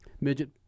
midget